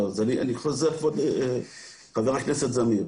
לא, אז אני חוזר לכבוד חבר הכנסת זמיר.